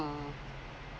uh